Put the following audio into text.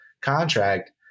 contract